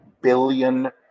billion